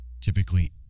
typically